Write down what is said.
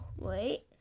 wait